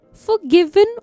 forgiven